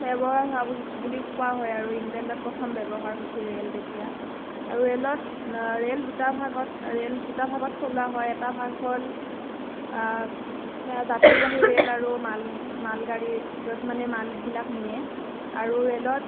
ব্যৱহাৰ হোৱা বুলি কোৱা হয় আৰু ইংলেণ্ডত প্ৰথম ব্যৱহাৰ হৈছিল ৰেল তেতিয়া আৰু ৰেলত ৰেল দুটা ভাগত ৰেল দুটা ভাগত চলোৱা হয় এটা ভাগ হ'ল সেয়া যাত্ৰীবাহী ৰেল আৰু মাল মাল গাড়ী য'ত মানে মালবিলাক নিয়ে আৰু ৰেলত